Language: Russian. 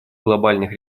глобальных